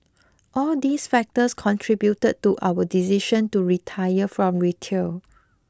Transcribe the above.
all these factors contributed to our decision to retire from retail